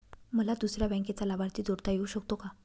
मला दुसऱ्या बँकेचा लाभार्थी जोडता येऊ शकतो का?